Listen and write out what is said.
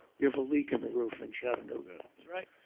you have a leak in the roof in chattanooga. that's right.